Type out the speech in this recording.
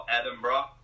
Edinburgh